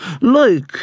Like